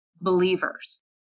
believers